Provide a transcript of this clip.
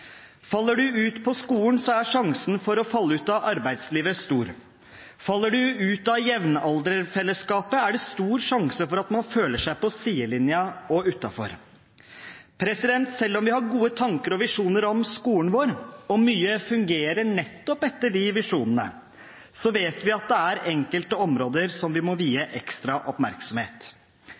Faller man ut på skolen, er sjansen for å falle ut av arbeidslivet stor. Faller man ut av jevnalderfellesskapet, er det stor sjanse for at man føler seg på sidelinjen og utenfor. Selv om vi har gode tanker og visjoner om skolen vår og mye fungerer nettopp etter de visjonene, vet vi at det er enkelte områder som vi må vie ekstra oppmerksomhet.